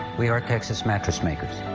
we are texas mattress makers.